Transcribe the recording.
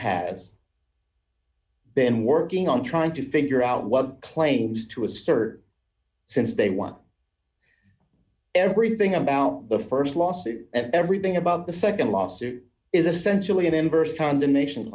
has been working on trying to figure out what claims to assert since they want everything about the st lawsuit and everything about the nd lawsuit is essentially an inverse condemnation